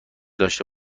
داشته